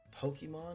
Pokemon